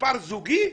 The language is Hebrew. ומספר זוגי.